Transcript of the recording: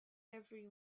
every